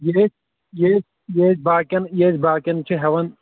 یہِ أسۍ یہِ أسۍ یہِ أسۍ باقیَن یہِ أسۍ باقیَن چھِ ہٮ۪وان